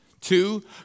Two